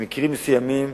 במקרים מסוימים,